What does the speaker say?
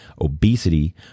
obesity